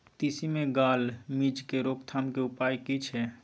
तिसी मे गाल मिज़ के रोकथाम के उपाय की छै?